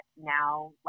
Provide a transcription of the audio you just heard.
Now